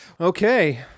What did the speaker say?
okay